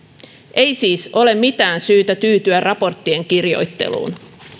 ei siis ole mitään syytä tyytyä raporttien kirjoitteluun